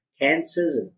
cancers